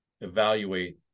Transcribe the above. evaluate